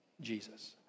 Jesus